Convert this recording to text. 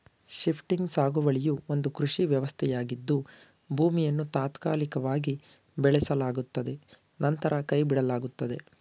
shifting ಸಾಗುವಳಿಯು ಒಂದು ಕೃಷಿ ವ್ಯವಸ್ಥೆಯಾಗಿದ್ದು ಭೂಮಿಯನ್ನು ತಾತ್ಕಾಲಿಕವಾಗಿ ಬೆಳೆಸಲಾಗುತ್ತದೆ ನಂತರ ಕೈಬಿಡಲಾಗುತ್ತದೆ